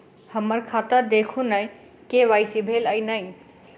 हम्मर खाता देखू नै के.वाई.सी भेल अई नै?